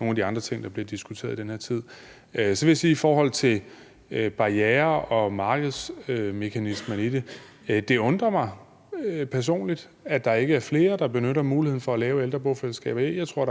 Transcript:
nogle af de andre ting, der bliver diskuteret i den her tid. Så vil jeg sige i forhold til barrierer og markedsmekanismen i det, at det personligt undrer mig, at der ikke er flere, der benytter muligheden for at lave ældrebofællesskaber. Jeg tror,